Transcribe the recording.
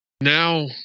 Now